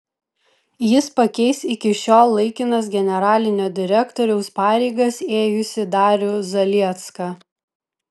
jis pakeis iki šiol laikinas generalinio direktoriaus pareigas ėjusį darių zaliecką